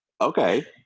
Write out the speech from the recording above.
Okay